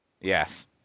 yes